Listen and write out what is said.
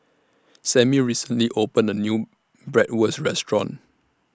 Sammie recently opened A New Bratwurst Restaurant